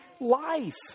life